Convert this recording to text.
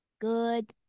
Good